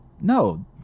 No